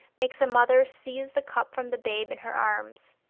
makes a mother seize the cup from the babe in her arms.